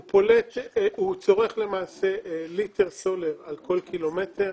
הוא למעשה צורך ליטר סולר על כל קילומטר,